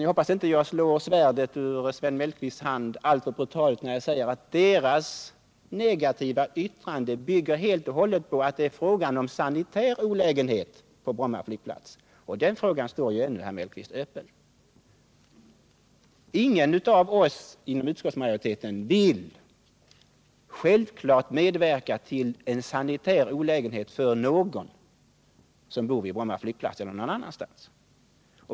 Jag hoppas att jag inte slår svärdet ur Sven Mellqvists hand alltför brutalt när jag säger att deras negativa yttranden helt och hållet bygger på om det är fråga om sanitär olägenhet på Bromma flygplats. Och den frågan, herr Mellqvist, står ännu öppen. Självfallet vill ingen av oss inom utskottsmajoriteten medverka till en sanitär olägenhet för någon som bor vid Bromma - eller någon annanstans.